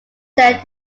said